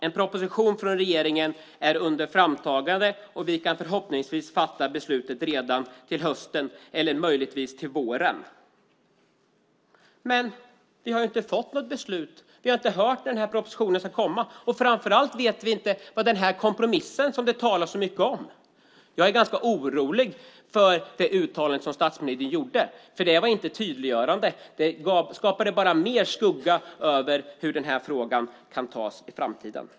En proposition från regeringen är under framtagande och vi kan förhoppningsvis fatta beslut redan till hösten eller möjligtvis till våren. Men vi har inte fått något beslut, och vi har inte hört när denna proposition ska komma. Framför allt vet vi inte vad denna kompromiss som det talas så mycket om handlar om. Jag är ganska orolig för det uttalande som statsministern gjorde eftersom det inte var tydliggörande. Det skapade bara mer skugga över hur denna fråga ska behandlas i framtiden.